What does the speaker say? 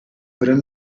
gran